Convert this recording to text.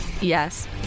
Yes